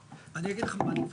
אני אגיד לך ממה אני מפחד.